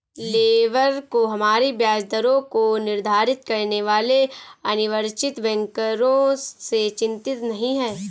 labour को हमारी ब्याज दरों को निर्धारित करने वाले अनिर्वाचित बैंकरों से चिंतित नहीं है